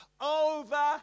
over